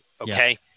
Okay